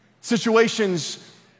Situations